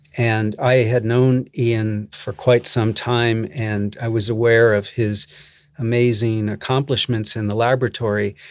and i had known ian for quite some time and i was aware of his amazing accomplishments in the laboratory.